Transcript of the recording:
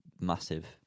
massive